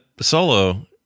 solo